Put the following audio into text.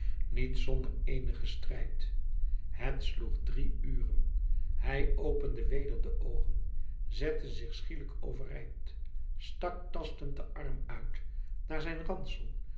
niet zonder eenigen strijd het sloeg drie uren hij opende weder de oogen zette zich schielijk overeind stak tastend den arm uit naar zijn ransel